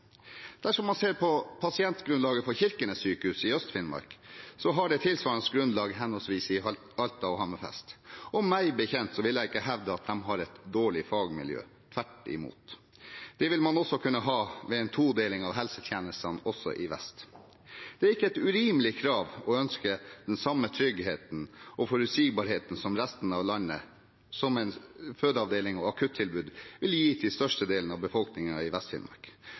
Dersom man ser på pasientgrunnlaget for Kirkenes sykehus i Øst-Finnmark, tilsvarer det grunnlaget henholdsvis i Alta og Hammerfest, og meg bekjent har de ikke et dårlig fagmiljø – tvert imot. Slik vil man også kunne ha det ved en todeling av helsetjenestene også i vest. Det er ikke et urimelig krav å ønske den samme tryggheten og forutsigbarheten som resten av landet, slik en fødeavdeling og akuttilbud vil gi til størstedelen av befolkningen i